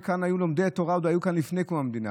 שכאן היו לומדי תורה עוד לפני קום המדינה,